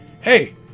hey